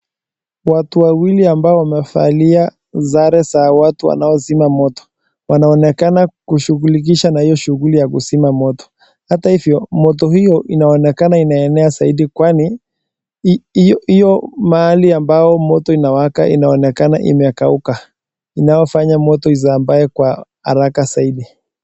Watu wawili ambao wamevalia sare za watu wanaozima moto wanaonekana kushughulisha na hiyo shughuli ya kuzima moto. Hata hivyo, moto hiyo inaonekana inaenea zaidi kwani hiyo mahali amvbayo moto inawaka inaonekana imekauka, inayofanya moto isambae kwa haraka zaidi.